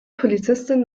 polizistin